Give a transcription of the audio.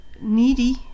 needy